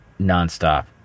nonstop